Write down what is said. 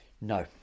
No